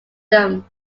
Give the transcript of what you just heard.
them